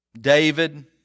David